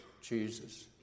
Jesus